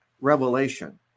revelation